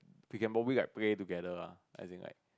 we can probably like play together lah as in like